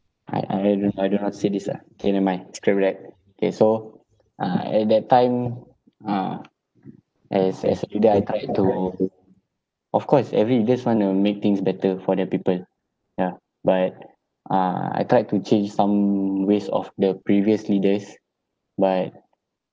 I I don't I don't want to say this ah K never mind scrap that K so uh at that time uh as as a leader I try to of course every leaders want to make things better for their people ya but uh I tried to change some ways of the previous leaders but